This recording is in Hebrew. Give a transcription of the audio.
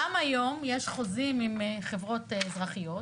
גם היום יש חוזים עם חברות אזרחיות,